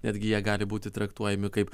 netgi jie gali būti traktuojami kaip